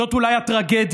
זאת אולי הטרגדיה.